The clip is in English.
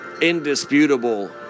indisputable